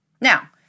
Now